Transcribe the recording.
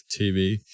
TV